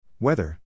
Weather